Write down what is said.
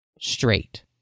Straight